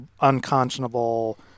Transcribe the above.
unconscionable